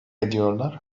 ediyorlar